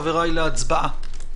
חבריי, להצבעה.